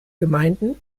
gemeinden